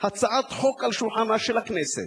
הצעת חוק על שולחנה של הכנסת: